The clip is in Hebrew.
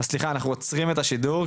אז סליחה אנחנו עוצרים את השידור,